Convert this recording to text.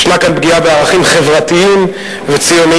יש כאן פגיעה בערכים חברתיים וציוניים,